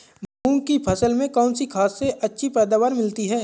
मूंग की फसल में कौनसी खाद से अच्छी पैदावार मिलती है?